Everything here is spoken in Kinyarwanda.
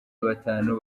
batanu